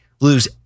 lose